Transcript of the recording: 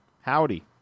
howdy